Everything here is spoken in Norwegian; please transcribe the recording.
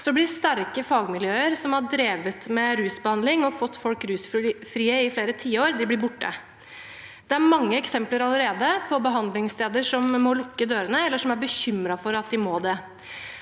blir sterke fagmiljøer, som har drevet med rusbehandling og fått folk rusfrie i flere tiår, borte. Det er allerede mange eksempler på behandlingssteder som må lukke dørene, eller som er bekymret for at de må det.